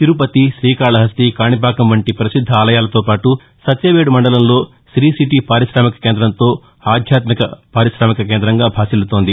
తిరుపతి శ్రీకాళహస్తి కాణిపాకం వంటి ప్రసిద్ద ఆలయాలతో పాటు సత్యవేడు మండలంలో శ్రీసిటీ పారిశామిక కేందంతో ఆధ్యాత్మిక పారిశామిక కేందంగా భాసిల్లుతోంది